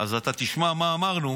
אז אתה תשמע מה אמרנו.